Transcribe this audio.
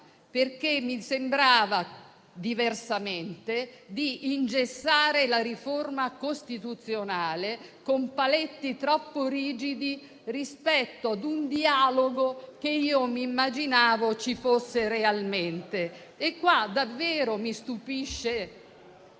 mi sembrava infatti di ingessare la riforma costituzionale con paletti troppo rigidi rispetto ad un dialogo che mi immaginavo ci fosse realmente. E qua davvero mi stupisce